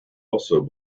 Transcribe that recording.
also